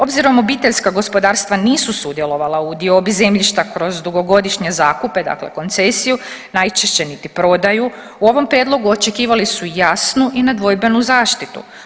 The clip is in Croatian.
Obzirom obiteljska gospodarstva nisu sudjelovala u diobi zemljišta kroz dugogodišnje zakupe dakle koncesiju, najčešće niti prodaju u ovom prijedlogu očekivali su jasnu i nedvojbenu zaštitu.